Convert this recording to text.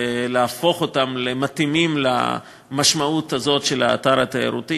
ולהפוך אותם למתאימים למשמעות הזאת של אתר תיירותי.